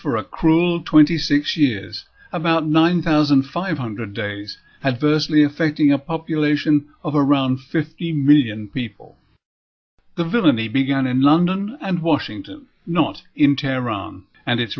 for a cruel twenty six years about nine thousand five hundred days adversely affecting a population of around fifty million people the villainy began in london and washington not in terror around and it